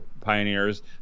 pioneers